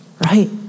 Right